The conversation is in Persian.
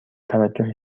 توجه